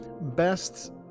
best